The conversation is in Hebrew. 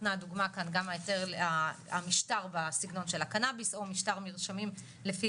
נתנה דוגמא כאן גם ההיתר המשטר בסגנון של הקנאביס או משטר המרשמים לפי